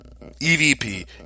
evp